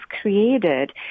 created